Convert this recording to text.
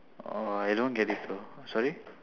uh I don't get it err sorry